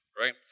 right